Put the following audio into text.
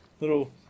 little